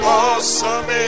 awesome